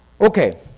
Okay